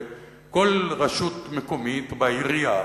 בכל רשות מקומית בעירייה